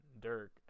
dirk